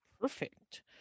Perfect